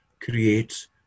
creates